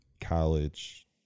college